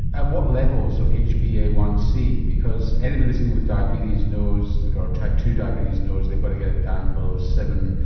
at what levels of h b a one c because anybody listening with diabetes knows or type two diabetes knows they've got to get it down below seven.